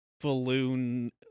balloon